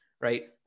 right